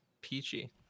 peachy